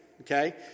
okay